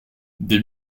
des